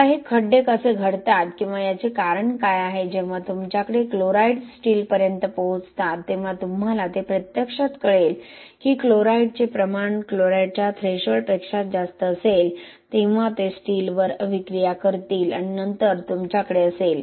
आता हे खड्डे कसे घडतात किंवा याचे कारण काय आहे जेव्हा तुमच्याकडे क्लोराईड्स स्टीलपर्यंत पोहोचतात तेव्हा तुम्हाला ते प्रत्यक्षात कळेल की क्लोराईडचे प्रमाण क्लोराईडच्या थ्रेशोल्डपेक्षा जास्त असेल तेव्हा ते स्टीलवर अभिक्रिया करतील आणि नंतर तुमच्याकडे असेल